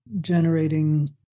generating